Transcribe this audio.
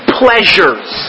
pleasures